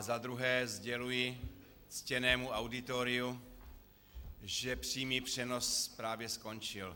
Zadruhé sděluji ctěnému auditoriu, že přímý přenos právě skončil.